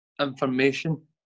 information